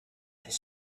this